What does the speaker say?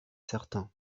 certain